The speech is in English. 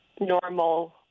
Normal